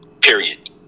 Period